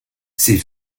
ses